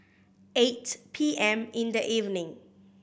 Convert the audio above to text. eight P M in the evening